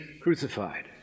crucified